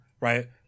right